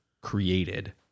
created